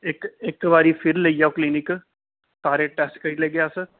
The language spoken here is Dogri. इक इक बारी फिर लेई आओ क्लीनिक सारे टैस्ट करी लैगे अस